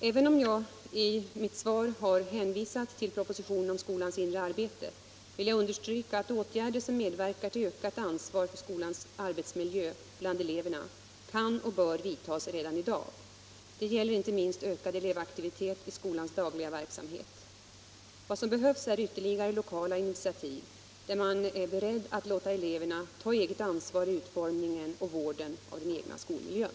Även om jag i mitt svar har hänvisat till propositionen om skolans inre arbete vill jag understryka att åtgärder som medverkar till ökat ansvar för skolans arbetsmiljö bland eleverna kan och bör vidtas redan i dag. Det gäller inte minst ökad elevaktivitet i skolans dagliga verksamhet. Vad som behövs är ytterligare lokala initiativ där man är beredd att låta eleverna ta eget ansvar i utformningen och vården av den egna skolmiljön.